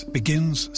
begins